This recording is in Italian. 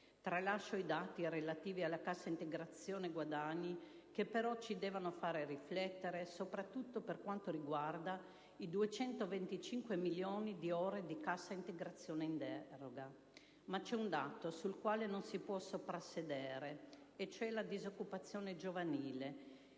Tralascio i dati relativi alla cassa integrazione guadagni, che però ci devono fare riflettere soprattutto per quanto riguarda i 225 milioni di ore di cassa integrazione in deroga. Ma c'è un dato sul quale non si può soprassedere, cioè la disoccupazione giovanile,